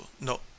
no